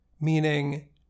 meaning